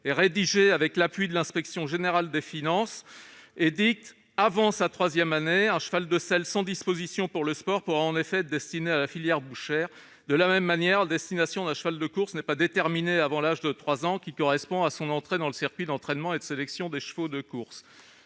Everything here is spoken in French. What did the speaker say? et rédigé avec l'appui de l'inspection générale des finances, indique :« Avant sa troisième année, un cheval de selle sans disposition pour le sport, pourra en effet être destiné à la filière bouchère. De la même manière, la destination d'un cheval de course n'est pas déterminée avant l'âge de 3 ans, qui correspond à son entrée dans le circuit d'entraînement et de sélection des chevaux de course. »